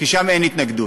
כי שם אין התנגדות.